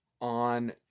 on